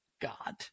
God